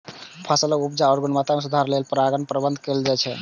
फसलक उपज या गुणवत्ता मे सुधार लेल परागण प्रबंधन कैल जाइ छै